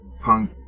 punk